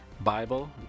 Bible